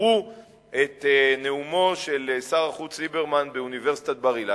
שביקרו את נאומו של שר החוץ ליברמן באוניברסיטת בר-אילן?